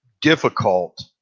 difficult